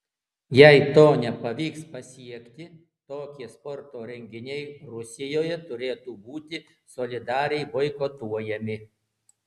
jei to nepavyks pasiekti tokie sporto renginiai rusijoje turėtų būti solidariai boikotuojami